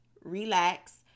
relax